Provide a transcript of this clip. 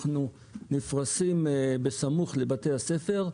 אנחנו נפרסים בסמוך לבתי הספר,